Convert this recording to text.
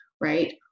right